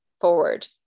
forward